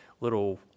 little